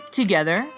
together